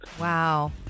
Wow